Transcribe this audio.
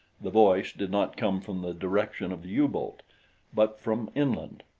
the voice did not come from the direction of the u-boat but from inland.